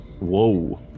Whoa